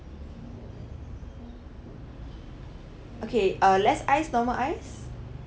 okay uh less ice normal ice